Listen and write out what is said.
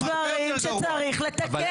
יש דברים שצריך לתקן.